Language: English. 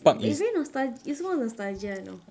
it's very nostalg~ it's more nostalgia now